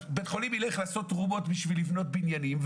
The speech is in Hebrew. אז בית חולים יילך לעשות תרומות בשביל לבנות בניינים,